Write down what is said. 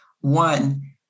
one